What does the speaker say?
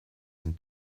den